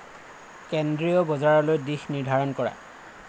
কেন্দ্ৰীয় বজাৰলৈ দিশ নিৰ্ধাৰণ কৰা